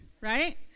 Right